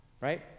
right